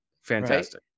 Fantastic